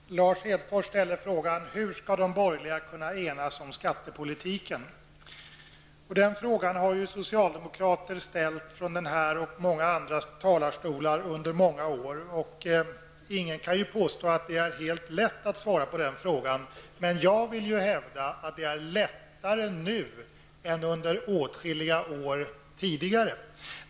Herr talman! Lars Hedfors ställde frågan hur de borgerliga skall kunna enas om skattepolitiken. Den frågan har socialdemokraterna ställt från denna och många andra talarstolar under många år. Ingen kan påstå att det är helt lätt att svara på den frågan. Jag hävdar att det är lättare nu än under åtskilliga år tidigare.